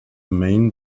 main